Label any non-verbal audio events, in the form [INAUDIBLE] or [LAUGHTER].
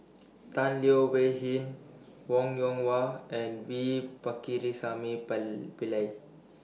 Tan Leo Wee Hin Wong Yoon Wah and V Pakirisamy [UNINTELLIGIBLE] Pillai